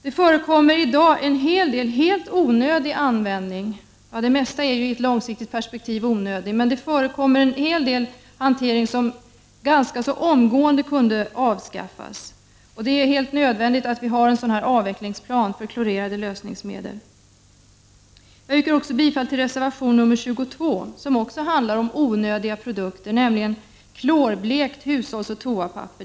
Det förekommer i dag en hel del onödig användning -— ja, det mesta är ju i ett långsiktigt perspektiv onödigt. En hel del hantering skulle tämligen omgående kunna avskaffas. Det är helt nödvändigt att ha en avvecklingsplan för klorerade lösningsmedel. Jag yrkar också bifall till reservation nr 22 som även den handlar om onödiga produkter, nämligen klorblekt hushållsoch toapapper.